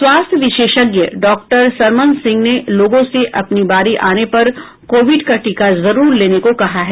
स्वास्थ्य विशेषज्ञ डॉक्टर सरमन सिंह ने लोगों से अपनी बारी आने पर कोविड का टीका जरूर लेने कहा है